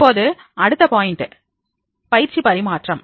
இப்போது அடுத்த பாயிண்ட் பயிற்சி பரிமாற்றம்